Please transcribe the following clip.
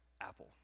apple